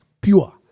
pure